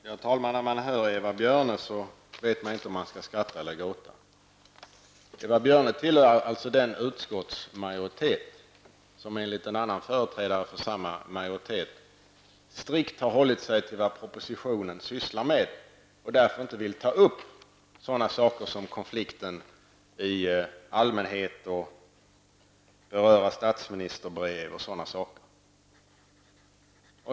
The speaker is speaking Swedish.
Herr talman! När man hör Eva Björne, vet man inte om man skall skratta eller gråta. Eva Björne tillhör den utskottsmajoritet som enligt en annan företrädare för samma majoritet strikt har hållit sig till vad propositionen sysslar med och därför inte vill ta upp konflikten i allmänhet och beröra statsministerbrev och sådana saker.